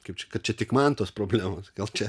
kaip čia kad čia tik man tos problemos gal čia